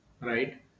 right